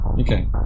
Okay